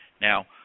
Now